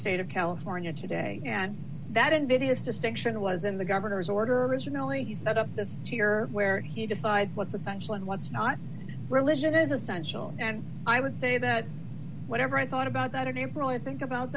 state of california today and that invidious distinction was in the governor's order originally he set up this here where he decides what's essential and what's not religion is essential and i would say that whatever i thought about that employee i think about